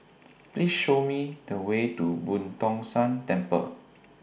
Please Show Me The Way to Boo Tong San Temple